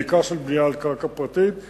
בעיקר של בנייה על קרקע פרטית,